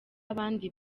abandi